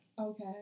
Okay